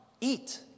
eat